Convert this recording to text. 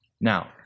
Now